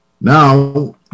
Now